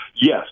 yes